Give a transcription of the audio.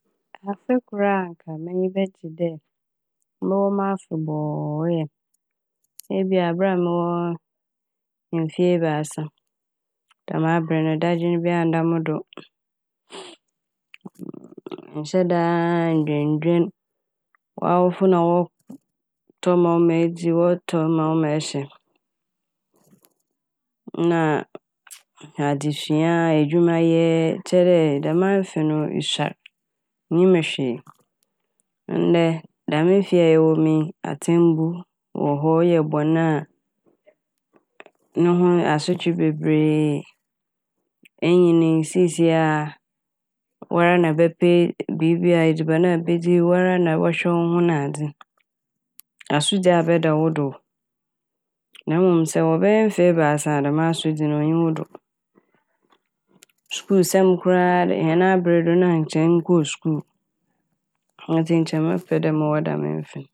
Afe kor a anka m'enyi bɛgye dɛ mowɔ afebɔɔ eyɛ ebi a aber a mowɔ mfe ebiasa. Dɛm aber no dadwen biara nnda mo do, mennhyɛda a ndwendwen, w'awofo na wɔtɔ ma wo ma edzi, wɔtɔ ma wo ma ɛhyɛ na adzesua a, edwumayɛ kyerɛ dɛ dɛm afe no isuar nnyim hwee. Ndɛ dɛm mfe a yɛwɔ m' yi atsɛmbu wɔ hɔ. Eyɛ bɔn a no ho asotwe bebree, enyin yi siisia a woara na ebɛpɛ biibi a edziban a ebedzi, woara na ebɔhwɛ wo ho nadze. Asodzi abɛda wo do na mom sɛ ewɔ bɛyɛ mfe ebiasa a dɛm asodzi no onnyi wo do. Skuulsɛm koraa a, hɛn aber do nkyɛ na ennkɔɔ skuul ntsi nkyɛ mɛpɛ dɛ mowɔ dɛm mfe n'.